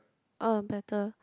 ah better